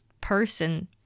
person